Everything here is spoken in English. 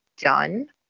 done